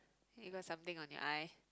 you got something on your eye